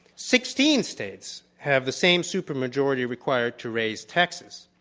sixteen states have the same super-majority required to raise taxes.